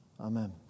Amen